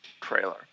trailer